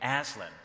Aslan